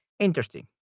interesting